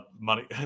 money